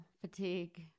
fatigue